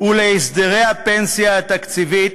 ולהסדרי הפנסיה התקציבית.